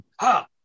ha